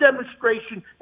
demonstration